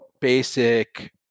basic